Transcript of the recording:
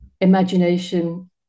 imagination